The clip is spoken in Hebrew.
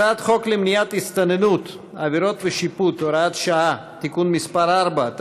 הצעת חוק למניעת הסתננות (עבירות ושיפוט) (הוראת שעה) (תיקון מס' 4),